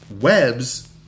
Webs